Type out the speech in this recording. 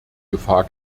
gefahr